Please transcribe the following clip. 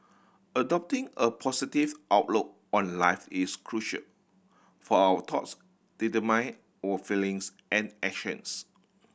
adopting a positive outlook on life is crucial for our thoughts determine our feelings and actions